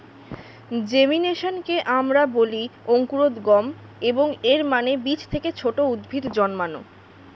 জেমিনেশনকে আমরা বলি অঙ্কুরোদ্গম, এবং এর মানে বীজ থেকে ছোট উদ্ভিদ জন্মানো